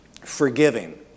forgiving